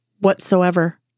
whatsoever